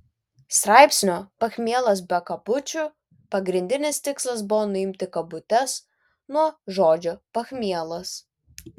straipsnio pachmielas be kabučių pagrindinis tikslas buvo nuimti kabutes nuo žodžio pachmielas